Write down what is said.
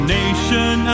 nation